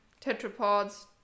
tetrapods